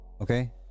okay